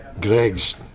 Greg's